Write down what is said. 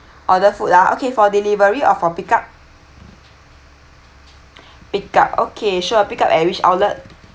order food ah okay for delivery or for pick up pick up okay sure pick up at which outlet